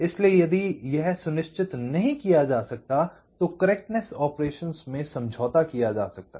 इसलिए यदि यह सुनिश्चित नहीं किया जा सकता है तो करेक्टनेस ऑपरेशन्स से समझौता किया जा सकता है